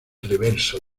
reverso